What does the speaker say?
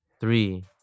Three